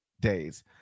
days